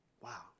Wow